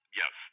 yes